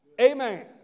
Amen